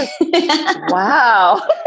Wow